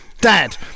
Dad